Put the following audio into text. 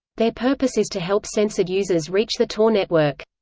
their purpose is to help censored users reach the tor network.